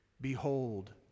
Behold